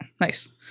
Nice